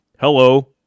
hello